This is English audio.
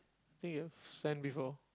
think I've send before